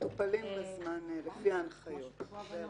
מטופלים בזמן לפי ההנחיות.